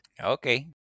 okay